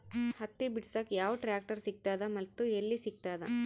ಹತ್ತಿ ಬಿಡಸಕ್ ಯಾವ ಟ್ರಾಕ್ಟರ್ ಸಿಗತದ ಮತ್ತು ಎಲ್ಲಿ ಸಿಗತದ?